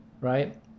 right